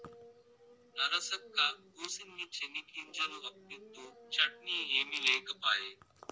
నరసక్కా, కూసిన్ని చెనిగ్గింజలు అప్పిద్దూ, చట్నీ ఏమి లేకపాయే